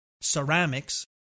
ceramics